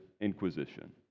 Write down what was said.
inquisition